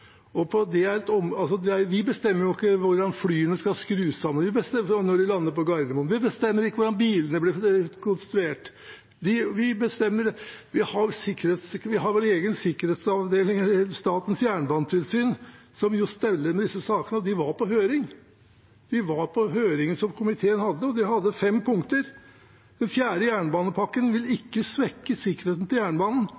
Vi bestemmer jo ikke hvordan flyene skal skrus sammen selv om de lander på Gardermoen. Vi bestemmer ikke hvordan bilene blir konstruert. Vi har vår egen sikkerhetsavdeling i Statens jernbanetilsyn, som steller med disse sakene. De var på høringen som komiteen hadde, og de hadde fem punkter: Den fjerde jernbanepakken vil